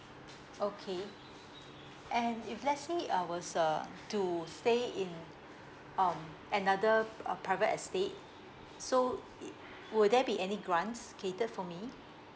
okay and if let's say I was uh to stay in um another uh private estate so it will there be any grants catered for me